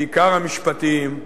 בעיקר המשפטיים,